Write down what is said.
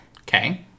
Okay